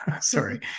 Sorry